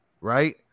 right